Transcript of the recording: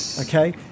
okay